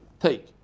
take